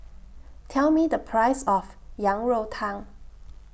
Tell Me The Price of Yang Rou Tang